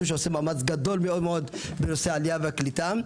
שעושה מאמץ גדול מאוד בנושא העלייה והקליטה.